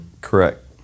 Correct